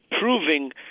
proving